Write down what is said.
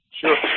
sure